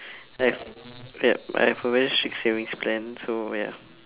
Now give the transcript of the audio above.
I have yup I have a very strict savings plan so ya